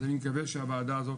אז אני מקווה שהוועדה הזאת,